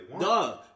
Duh